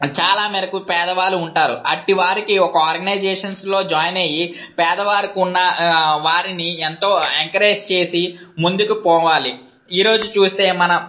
చాలా మేరకు పేదవాళ్ళు ఉంటారు అట్టివారికి ఒక ఆర్గనైజేషన్స్లో జాయిన్ అయ్యి పేదవారికి ఉన్న వారిని ఎంతో ఎంకరేజ్ చేసి ముందుకు పోవాలి ఈరోజు చూస్తే మన